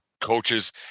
coaches